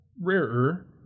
Rarer